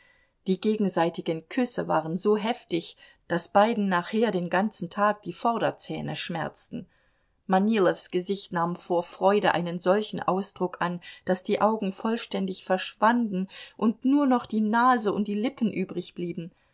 die gegenseitigen küsse waren so heftig daß beiden nachher den ganzen tag die vorderzähne schmerzten manilows gesicht nahm vor freude einen solchen ausdruck an daß die augen vollständig verschwanden und nur noch die nase und die lippen